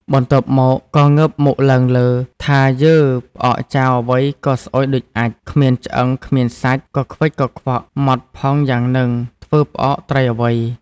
បន្ទាប់មកក៏ងើបមុខឡើងលើ់ថា“យើ ផ្អកចាវអ្វីក៏ស្អុយដូចអាចម៏ គ្មានឆ្អឹង គ្មានសាច់ កខ្វិចកខ្វក់ ហ្មត់ផងយ៉ាងហ្នឹង ធ្វើផ្អកត្រីអ្វី?។